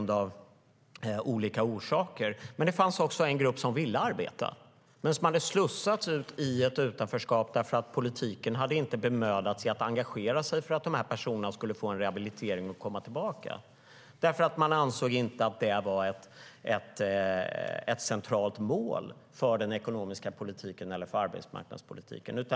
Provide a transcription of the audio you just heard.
Det fanns dock en grupp som ville arbeta men hade slussats ut i ett utanförskap för att politiken inte hade bemödat sig om att engagera sig så att de skulle ha fått rehabilitering och kunnat komma tillbaka. Man ansåg inte att det var ett centralt mål för den ekonomiska politiken eller för arbetsmarknadspolitiken.